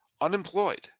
unemployed